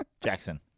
Jackson